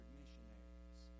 missionaries